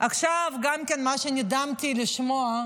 עכשיו, גם כן משהו שנדהמתי לשמוע,